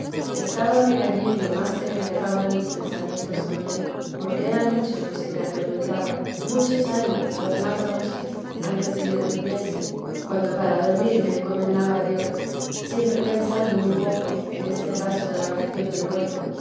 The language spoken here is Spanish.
graves estábame allí lo más que me dejaban mis pensamientos con él porque eran muchos los que me atormentaban muchos años las más noches antes que me durmiese cuando para dormir me encomendaba a dios siempre pensando un poco en este paso de la oración del huerto